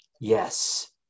yes